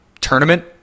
tournament